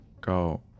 Go